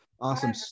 Awesome